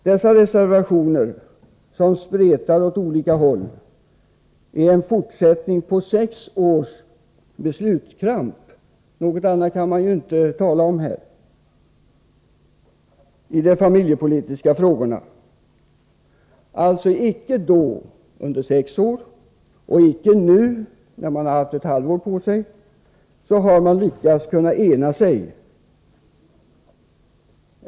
Dessa reservationer som spretar åt olika håll är en fortsättning på sex års beslutskramp — något annat kan man ju inte tala om i de familjepolitiska frågorna. Man har alltså icke under de sex åren och icke nu när man haft ett halvår på sig lyckats ena sig.